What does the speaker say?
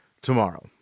tomorrow